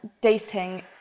dating